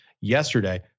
yesterday